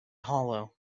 hollow